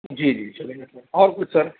جی جی چلے گا سر اور کچھ سر